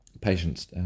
patient's